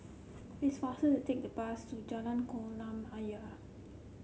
it's faster to take the bus to Jalan Kolam Ayer